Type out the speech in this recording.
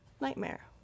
Nightmare